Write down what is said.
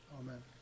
Amen